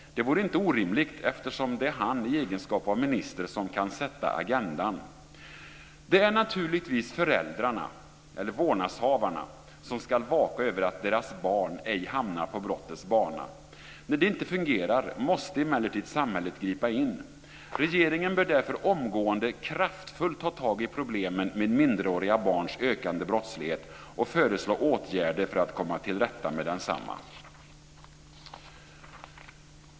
Det vore inte orimligt, eftersom det är han, i egenskap av minister, som kan sätta agendan. Det är naturligtvis föräldrarna, vårdnadshavarna, som ska vaka över att deras barn ej hamnar på brottets bana. När det inte fungerar måste emellertid samhället gripa in. Regeringen bör därför omgående kraftfullt ta tag i problemen med minderåriga barns ökande brottslighet och föreslå åtgärder för att komma till rätta med densamma.